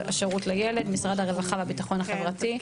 השירות לילד משרד הרווחה והביטחון החברתי.